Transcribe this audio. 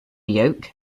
yoke